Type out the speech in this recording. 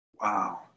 Wow